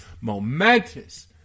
momentous